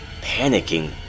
Panicking